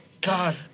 God